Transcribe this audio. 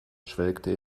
schwelgte